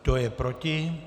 Kdo je proti?